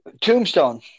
Tombstone